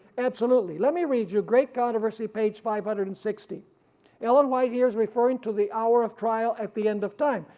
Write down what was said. absolutely. let me read you great controversy page five hundred and sixty ellen white years referring to the hour of trial at the end of time,